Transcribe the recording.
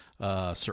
Sir